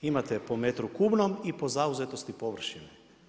Imate po metru kubnom i po zauzetosti površine.